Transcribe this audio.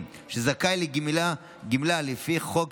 שזכאי לגמלה לפי חוק